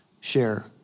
share